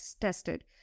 tested